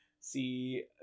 see